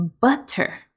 butter